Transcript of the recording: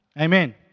Amen